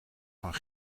van